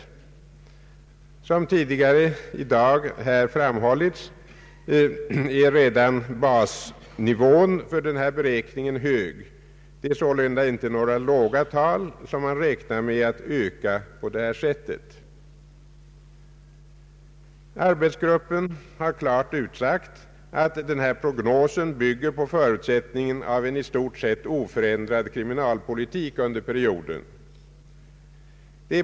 Såsom tidigare i dag har framhållits är basnivån för denna beräkning hög. Det är sålunda inte några låga tal, som man här utgår från när det gäller brottslighetens ökning. Arbetsgruppen har klart utsagt att denna prognos bygger på förutsättningen av en i stort sett oförändrad kriminalpolitik under perioden.